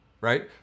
right